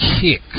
kick